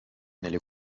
nelle